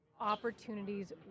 opportunities